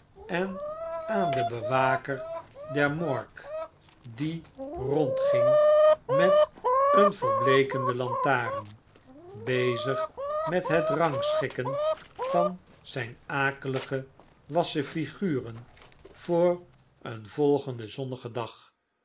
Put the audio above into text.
en aan den bewaker der morgue die rondging met een verbleekende lantaarn bezig met het rangschikken van zrjn akelige wassen figuren voor een volgendfen zonnigen dag